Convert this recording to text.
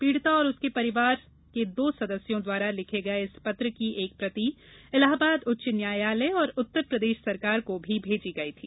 पीड़िता और उसके परिवार के दो सदस्यों द्वारा लिखे गए इस पत्र की एक प्रति इलाहाबाद उच्च न्यायालय और उत्तर प्रदेश सरकार को भी भेजी गई थी